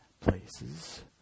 places